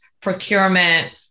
procurement